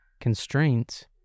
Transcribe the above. constraints